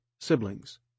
siblings